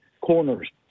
corners